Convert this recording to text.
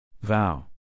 Vow